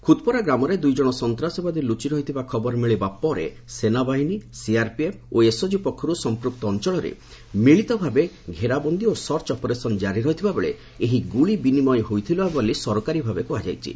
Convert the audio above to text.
ଖୁଦପୋରା ଗ୍ରାମରେ ଦୁଇ ଜଣ ସନ୍ତାସବାଦୀ ଲୁଚି ରହିଥିବା ଖବର ମିଳିବା ପରେ ସୈନ୍ୟବାହିନୀ ସିଆର୍ପିଏପ୍ ଓ ଏସ୍ଓଜି ପକ୍ଷରୁ ସମ୍ପୃକ୍ତ ଅଞ୍ଚଳରେ ମିଳିତ ଭାବେ ଘେରାବନ୍ଦୀ ଓ ସର୍ଚ୍ଚ ଅପରେସନ୍ ଜାରି ରହିଥିବାବେଳେ ଏହି ଗୁଳି ବିନିମୟ ହୋଇଥିଲା ବୋଲି ସରକାରୀ ଭାବେ କୁହାଯାଇଛି